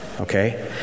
Okay